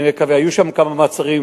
היו שם כמה מעצרים,